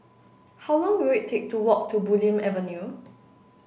how long will it take to walk to Bulim Avenue